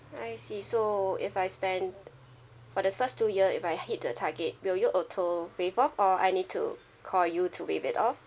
I see so if I spend for the first two year if I hit the target will you auto waive off or I need to call you to be waive it off